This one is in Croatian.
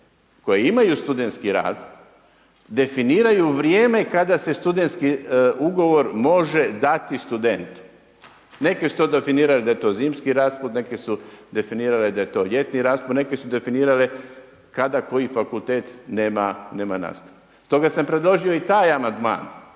koje imaju studentski rad, definiraju vrijeme kada se studenti ugovor može dati studentu. Neke su to definirale da je to zimski rad, neke su definirale da je to ljetni rad, neke su definirale kada koji fakultet nema nastavu. Stoga sam predložio i taj amandman,